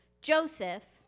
Joseph